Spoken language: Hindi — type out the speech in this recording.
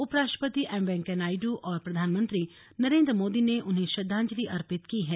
उपराष्ट्रपति एम वेंकैया नायडू और प्रधानमंत्री नरेन्द्र मोदी ने उन्हें श्रद्वांजलि अर्पित की है